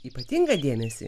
ypatingą dėmesį